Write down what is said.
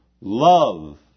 Love